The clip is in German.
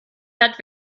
hat